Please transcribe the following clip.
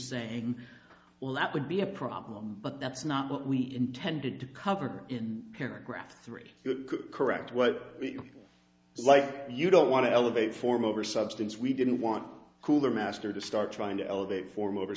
saying well that would be a problem but that's not what we intended to cover in paragraph three correct what like you don't want to elevate form over substance we didn't want cooler master to start trying to elevate form over